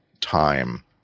time